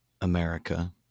America